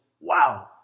wow